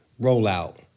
rollout